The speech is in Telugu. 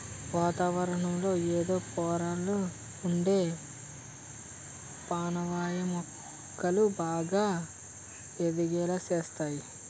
వాతావరణంలో ఎదో పొరల్లొ ఉండే పానవాయువే మొక్కలు బాగా ఎదిగేలా సేస్తంది